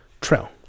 trail